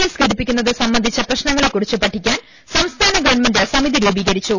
S ഘടിപ്പിക്കുന്നത് സംബ ന്ധിച്ച പ്രശ്നങ്ങളെക്കുറിച്ച് പഠിക്കാൻ സംസ്ഥാന ഗവൺമെന്റ് സമിതി രൂപീകരിച്ചു